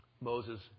Moses